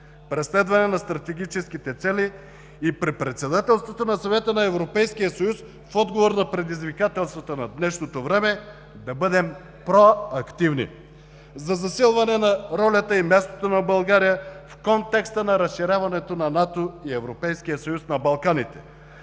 преследване на стратегическите цели и при председателството на Съвета на Европейския съюз в отговор на предизвикателствата на днешното време, да бъдем проактивни. За засилване на ролята и мястото на България в контекста на разширяването на НАТО и Европейския